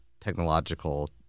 technological